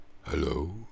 Hello